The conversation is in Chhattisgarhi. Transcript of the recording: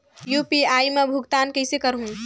यू.पी.आई मा भुगतान कइसे करहूं?